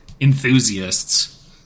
enthusiasts